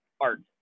art